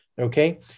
Okay